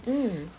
mm